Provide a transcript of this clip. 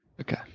Okay